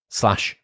slash